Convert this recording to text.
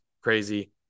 crazy